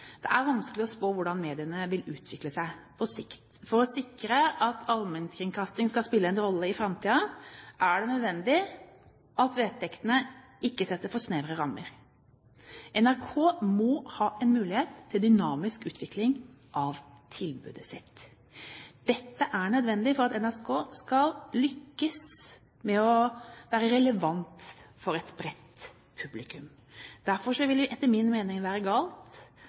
Det er vanskelig å spå hvordan mediene vil utvikle seg på sikt. For å sikre at allmennkringkasting skal spille en rolle i framtiden, er det nødvendig at vedtektene ikke setter for snevre rammer. NRK må ha en mulighet til dynamisk utvikling av tilbudet sitt. Dette er nødvendig for at NRK skal lykkes med å være relevant for et bredt publikum. Derfor vil det etter min mening være galt